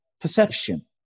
perception